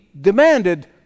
demanded